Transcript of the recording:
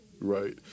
right